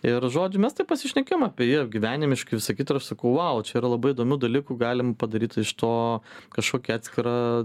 ir žodžiu mes taip pasišnekėjom apie jį gyvenimiškai visa kita ir aš sakau vau čia yra labai įdomių dalykų galim padaryt iš to kažkokį atskirą